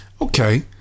okay